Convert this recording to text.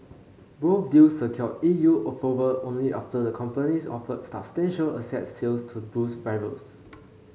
both deals secured E U approval only after the companies offered substantial asset sales to boost rivals